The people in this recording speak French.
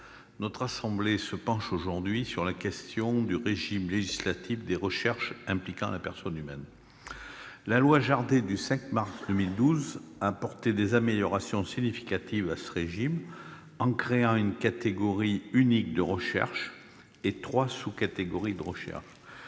notre assemblée se penche aujourd'hui sur la question du régime législatif des recherches impliquant la personne humaine. La loi Jardé du 5 mars 2012 a apporté des améliorations significatives à ce régime en créant une catégorie unique de recherche et trois sous-catégories de recherche.